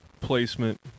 placement